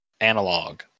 analog